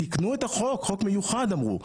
תיקנו את החוק, חוק מיוחד אמרו,